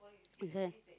prison